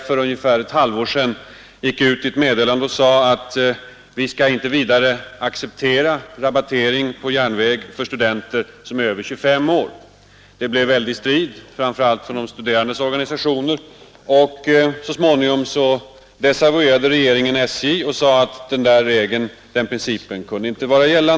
För ungefär ett halvår sedan sade SJ i ett meddelande att järnvägsresor för studenter över 25 år inte vidare skulle rabatteras. Det blev en väldig opinion, framför allt från de studerandes organisationer, och så småningom desavuerade regeringen SJ och sade att en sådan princip inte kunde få gälla.